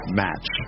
match